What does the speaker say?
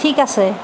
ঠিক আছে